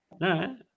No